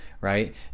right